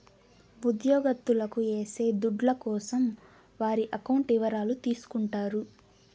ఉద్యోగత్తులకు ఏసే దుడ్ల కోసం వారి అకౌంట్ ఇవరాలు తీసుకుంటారు